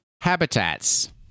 Habitats